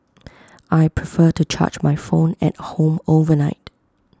I prefer to charge my phone at home overnight